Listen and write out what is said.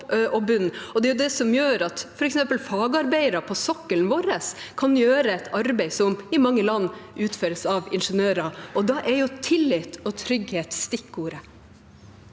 at f.eks. fagarbeidere på sokkelen vår kan gjøre et arbeid som i mange land utføres av ingeniører. Da er tillit og trygghet stikkord.